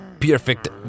Perfect